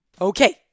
okay